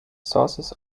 sources